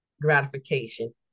gratification